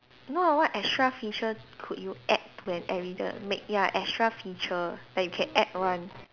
no ah what extra feature could you add to an everyd~ make ya extra feature that you can add one